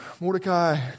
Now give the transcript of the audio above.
Mordecai